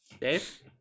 Dave